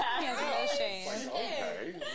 Okay